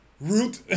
Root